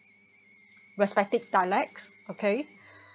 respective dialects okay